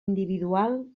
individual